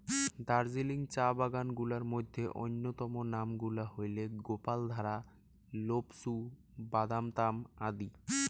দার্জিলিং চা বাগান গুলার মইধ্যে অইন্যতম নাম গুলা হইলেক গোপালধারা, লোপচু, বাদামতাম আদি